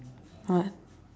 what